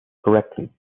correctly